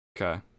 Okay